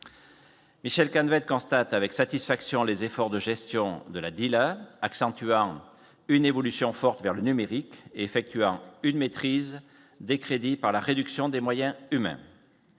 Michèle Khan, constate avec satisfaction les efforts de gestion de la dit la accentuant une évolution forte vers le numérique, effectuant une maîtrise des crédits par la réduction des moyens humains,